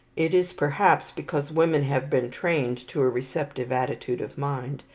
it is perhaps because women have been trained to a receptive attitude of mind,